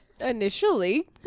Initially